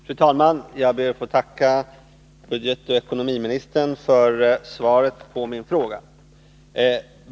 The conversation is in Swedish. Fru talman! Jag ber att få tacka ekonomioch budgetministern för svaret på min fråga.